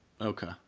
Okay